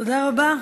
תודה רבה.